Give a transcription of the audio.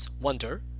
Wonder